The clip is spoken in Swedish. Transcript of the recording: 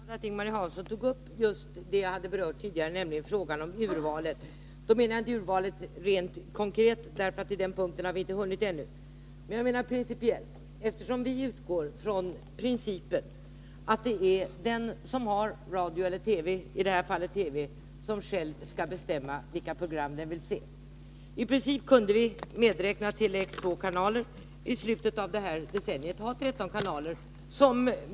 Herr talman! Jag är glad att Ing-Marie Hansson tog upp just det jag berörde tidigare, nämligen frågan om urval. Jag menar inte urval rent konkret — eftersom vi inte har hunnit till det än — utan principiellt. Vi utgår från principen att det är den som har radio eller TV —i det här fallet TV — som själv skall bestämma vilka program han vill se. I princip kunde vi — medräknat de två kanalerna på Tele-X — i slutet av decenniet ha 13 kanaler.